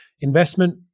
investment